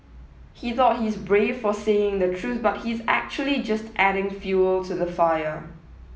he thought he's brave for saying the truth but he's actually just adding fuel to the fire